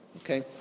Okay